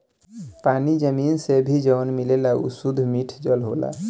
पानी जमीन से भी जवन मिलेला उ सुद्ध मिठ जल होला